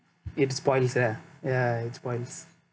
it spoils lah ya it spoils